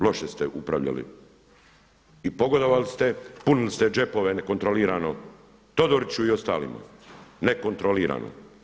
Loš ste upravljali i pogodovali ste, punili ste džepove nekontrolirano Todoriću i ostalima, nekontrolirano.